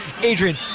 Adrian